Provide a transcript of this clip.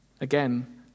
Again